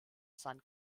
san